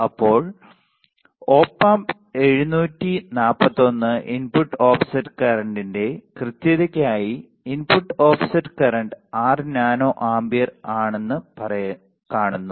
ഇപ്പോൾ Op Amp 741 input offset കറന്റിന്റെ കൃത്യതയ്ക്കായി input offset current 6 nano ampere ആണെന്ന് കാണുന്നു